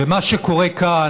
מה שקורה כאן,